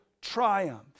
triumph